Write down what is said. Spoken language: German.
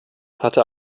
hatte